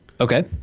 Okay